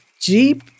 Jeep